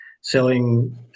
selling